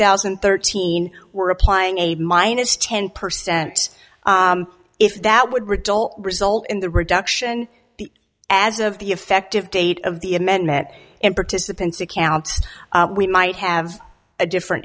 thousand and thirteen we're applying a minus ten percent if that would result result in the reduction as of the effective date of the amendment and participants account we might have a different